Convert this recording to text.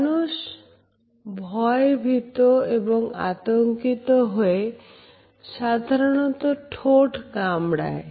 মানুষ ভয়ে ভীত এবং আতঙ্কিত হয়ে সাধারণত ঠোঁট কামড়ায়